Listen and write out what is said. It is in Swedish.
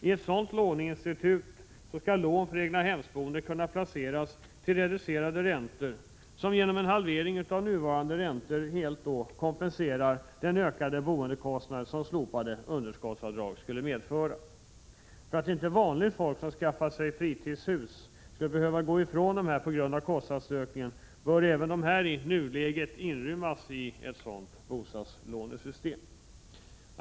I ett sådant låneinstitut skall lån för egnahemsboende kunna placeras till reduce rade räntor, och genom en halvering av nuvarande räntor skulle den ökande boendekostnad som slopade underskottsavdrag skulle medföra helt kompenseras. För att inte vanligt folk som skaffat sig fritidshus skall behöva gå ifrån dessa på grund av kostnadsökningen bör även de i nuläget inrymmas i ett sådant bostadslånesystem.